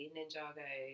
Ninjago